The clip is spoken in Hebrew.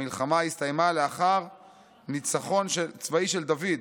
המלחמה הסתיימה לאחר ניצחון צבאי של דוד,